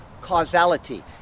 causality